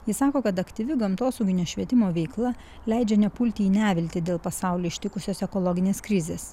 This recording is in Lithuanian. ji sako kad aktyvi gamtosauginio švietimo veikla leidžia nepulti į neviltį dėl pasaulį ištikusios ekologinės krizės